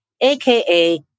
aka